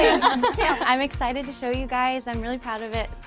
yeah i'm excited to show you guys. i'm really proud of it